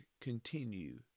continue